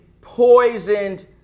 poisoned